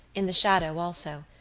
in the shadow also.